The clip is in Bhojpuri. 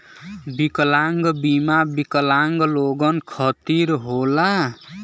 विकलांग बीमा विकलांग लोगन खतिर होला